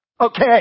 okay